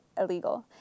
illegal